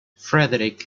frederic